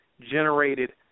generated